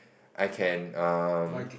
I can um